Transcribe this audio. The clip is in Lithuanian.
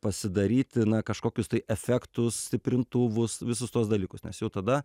pasidaryti na kažkokius tai efektus stiprintuvus visus tuos dalykus nes jau tada